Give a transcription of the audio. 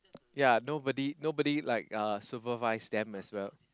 yea nobody nobody like uh supervise them as well